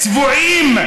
צבועים.